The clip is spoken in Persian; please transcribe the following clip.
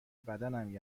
بدنم